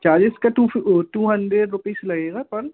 चालीस का two fifty two hundred rupees लगेगा पर